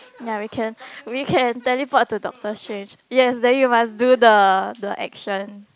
ya we can we can teleport to doctor strange yes then we must do the the action